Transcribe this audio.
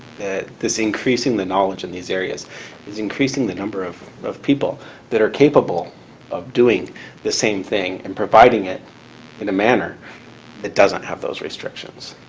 that this increasing the knowledge in these areas is increasing the number of of people that are capable of doing the same thing and providing it in a manner that doesn't have those restrictions.